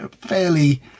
fairly